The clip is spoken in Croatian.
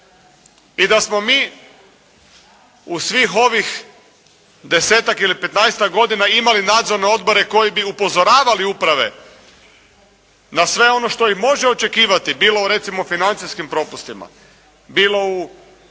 i da smo mi u svih ovih desetak ili petnaestak godina imali nadzorne odbore koji bi upozoravali uprave na sve ono što i može očekivati bilo recimo u financijskim propustima, bilo u